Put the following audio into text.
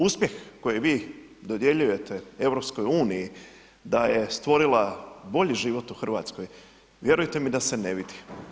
Uspjeh koji vi dodjeljujete EU da je stvorila bolji život u Hrvatskoj vjerujte mi da se ne vidi.